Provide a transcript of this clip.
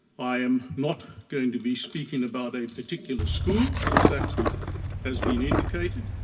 i am not going to be speaking about a particular school, as that has been indicated.